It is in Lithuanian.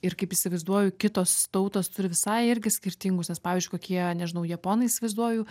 ir kaip įsivaizduoju kitos tautos turi visai irgi skirtingus pavyzdžiui kokie nežinau japonai įsivaizduoju